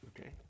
Okay